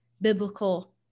biblical